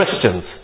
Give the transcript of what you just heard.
Christians